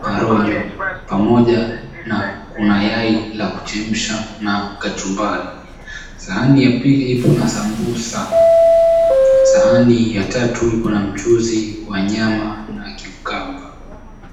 na rojo pamoja na kuna yai la kuchemsha na kachumbari. Sahani ya pili kuna sambusa. Sahani ya tatu ipo na mchuzi wa nyama na cucumber .